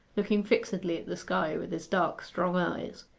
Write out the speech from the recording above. looking fixedly at the sky with his dark strong eyes.